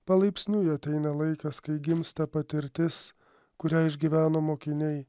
palaipsniui ateina laikas kai gimsta patirtis kurią išgyveno mokiniai